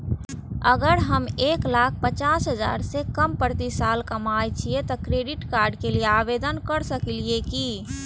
अगर हम एक लाख पचास हजार से कम प्रति साल कमाय छियै त क्रेडिट कार्ड के लिये आवेदन कर सकलियै की?